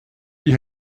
wie